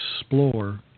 explore